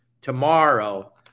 tomorrow